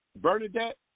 Bernadette